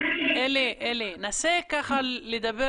שהחוק חוקק משנת 2016. לגבי